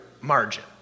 margin